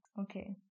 Okay